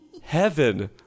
heaven